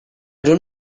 don’t